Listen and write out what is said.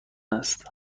است